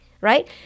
right